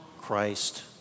Christ